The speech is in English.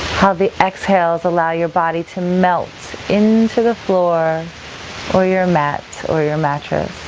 how the exhales allow your body to melt into the floor or your mat or your mattress.